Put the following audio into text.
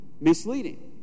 misleading